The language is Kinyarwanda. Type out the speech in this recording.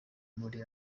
muri